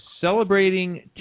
celebrating